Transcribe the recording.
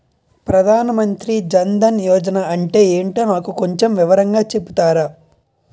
ప్రధాన్ మంత్రి జన్ దన్ యోజన అంటే ఏంటో నాకు కొంచెం వివరంగా చెపుతారా?